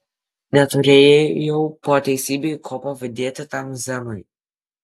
neturėjau po teisybei ko pavydėti tam zenui